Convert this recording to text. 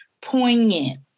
poignant